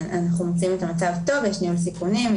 יש ניהול סיכונים.